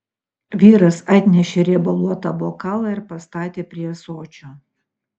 vyras atnešė riebaluotą bokalą ir pastatė prie ąsočio